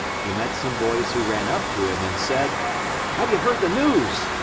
he met some boys who ran up to him and said have you heard the news?